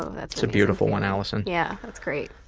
that's a beautiful one, alison. yeah that's great.